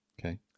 Okay